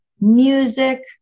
Music